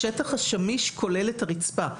השטח השמיש כולל את הרצפה.